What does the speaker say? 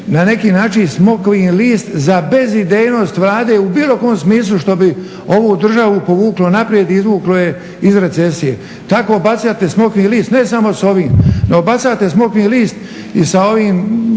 na neki način smokvin list za bezidejnost Vlade u bilo kom smislu što bi ovu državu povuklo naprijed i izvuklo iz recesije. Tako bacate smokvin list ne samo s ovim, no bacate smokvin list i sa ovom